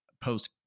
post